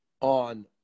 on